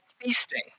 feasting